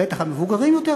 בטח המבוגרים יותר,